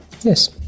Yes